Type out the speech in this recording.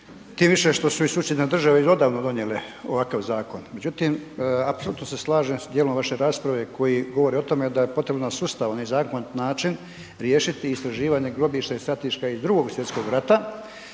tim više što su i susjedne države i odavno donijele ovakav zakon. Međutim, apsolutno se slažem s dijelom vaše rasprave koji govori o tome da je potrebno na sustavan i zakonit način riješiti istraživanje grobišta i stratišta iz Drugog svjetskog rata.